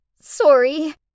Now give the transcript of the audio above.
sorry